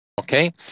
Okay